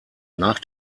nach